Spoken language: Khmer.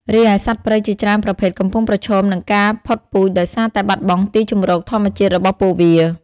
រីឯសត្វព្រៃជាច្រើនប្រភេទកំពុងប្រឈមនឹងការផុតពូជដោយសារតែបាត់បង់ទីជម្រកធម្មជាតិរបស់ពួកវា។